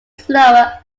slower